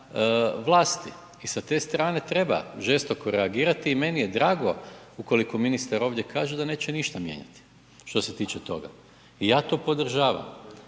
vlasti. I sa te strane treba žestoko reagirati i meni je drago ukoliko ministar ovdje kaže da neće ništa mijenjati što se tiče toga. I ja to podržavam,